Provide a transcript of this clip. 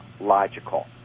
logical